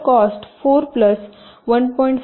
तर cost 4 plus 1